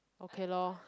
okay lor